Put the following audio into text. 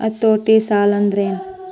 ಹತೋಟಿ ಸಾಲಾಂದ್ರೆನ್?